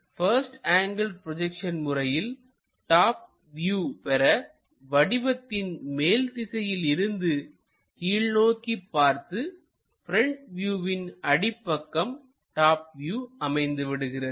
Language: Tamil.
பஸ்ட் ஆங்கிள் ப்ரொஜெக்ஷன் முறையில் டாப் வியூ பெற வடிவத்தின் மேல் திசையில் இருந்து கீழ் நோக்கி பார்த்து ப்ரெண்ட் வியூவின் அடிப்பக்கம் டாப் வியூ அமைந்துவிடுகிறது